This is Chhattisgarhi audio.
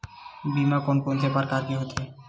बीमा कोन कोन से प्रकार के होथे?